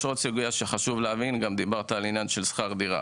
יש עוד דבר שחשוב להבין בהקשר של שכר דירה.